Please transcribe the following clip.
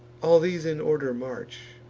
all these in order march,